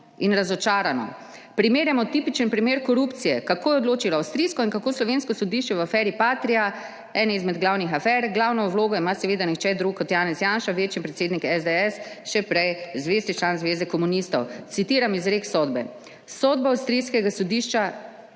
in razočarano. Primerjamo tipičen primer korupcije, kako je odločilo avstrijsko in kako slovensko sodišče v aferi Patria, eni izmed glavnih afer, glavno vlogo ima seveda nihče drug kot Janez Janša, večji predsednik SDS, še prej zvesti član Zveze komunistov. Citiram izrek sodbe: "Sodbo avstrijskega sodišča